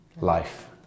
Life